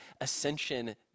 Ascension